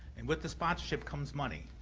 and with the sponsorship comes money,